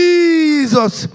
Jesus